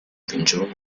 vincere